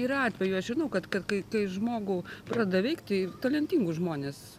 yra atvejų aš žinau kad kad kai kai žmogų pradeda veikt tai talentingus žmones